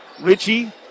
Richie